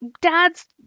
dads